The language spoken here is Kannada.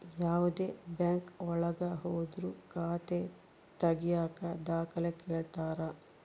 ಯಾವ್ದೇ ಬ್ಯಾಂಕ್ ಒಳಗ ಹೋದ್ರು ಖಾತೆ ತಾಗಿಯಕ ದಾಖಲೆ ಕೇಳ್ತಾರಾ